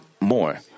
more